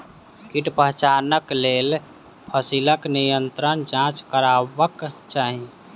कीट पहचानक लेल फसीलक निरंतर जांच करबाक चाही